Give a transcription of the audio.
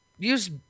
use